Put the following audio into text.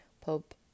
Pope